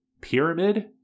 Pyramid